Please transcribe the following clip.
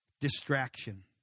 distraction